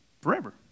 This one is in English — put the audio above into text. forever